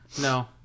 No